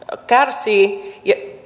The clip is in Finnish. kärsii